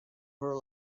her